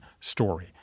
story